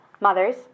Mothers